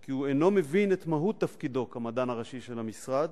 כי הוא אינו מבין את מהות תפקידו כמדען הראשי של המשרד